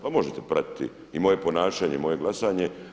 Ma možete pratiti i moje ponašanje i moje glasanje.